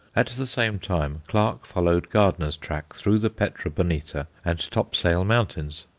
at the same time clarke followed gardner's track through the pedro bonita and topsail mountains.